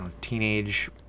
teenage